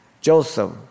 Joseph